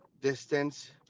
distance